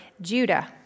Judah